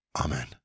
Amen